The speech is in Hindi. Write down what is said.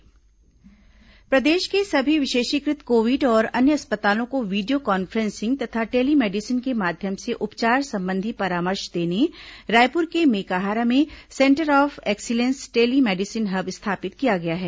टेली मेडिसिन हब प्रदेश के सभी विशेषीकृत कोविड और अन्य अस्पतालों को वीडियो कॉन्फ्रेसिंग तथा टेली मेडिसिन के माध्यम से उपचार संबंधी परामर्श देने रायपुर के मेकाहारा में centre of excellence telemedicine hub स्थापित किया गया है